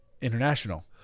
international